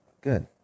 Good